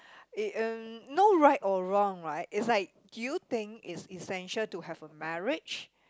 it mm no right or wrong right is like do you think is essential to have a marriage